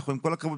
עם כל הכבוד,